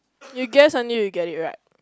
you guess until you get it right